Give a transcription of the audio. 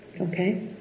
Okay